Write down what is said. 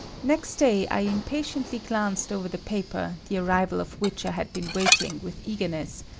next day i impatiently glanced over the paper, the arrival of which i had been waiting with eagerness,